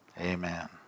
Amen